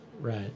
Right